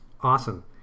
Awesome